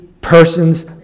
persons